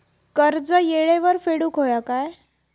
कर्ज येळेवर फेडूक होया काय?